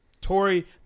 Tory